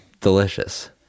Delicious